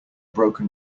broken